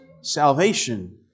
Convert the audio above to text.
salvation